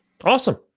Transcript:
Awesome